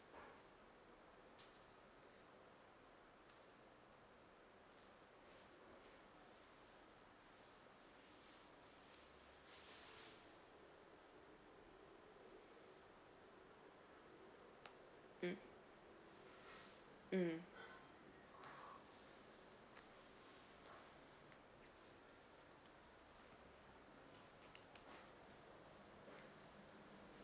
mm mm